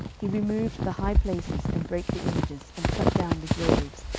he removed the high places, and brake the images, and cut down the groves,